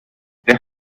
der